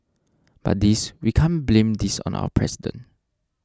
but this we can't blame this on our president